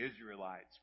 Israelites